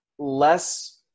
less